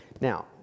Now